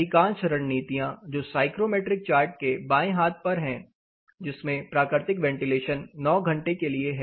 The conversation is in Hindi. अधिकांश रणनीतियां जो साइक्रोमेट्रिक चार्ट के बाएं हाथ पर है जिसमें प्राकृतिक वेंटिलेशन 9 घंटे के लिए है